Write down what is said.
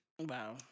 Wow